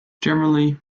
generally